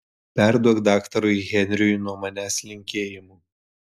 perduok daktarui henriui nuo manęs linkėjimų